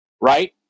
right